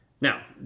Now